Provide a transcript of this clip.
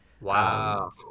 Wow